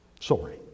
Sorry